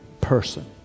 person